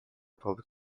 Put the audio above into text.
public